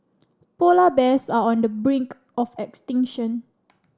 polar bears are on the brink of extinction